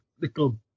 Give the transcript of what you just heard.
little